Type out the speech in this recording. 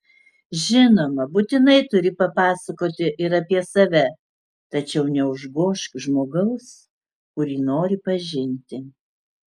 žinoma būtinai turi papasakoti ir apie save tačiau neužgožk žmogaus kurį nori pažinti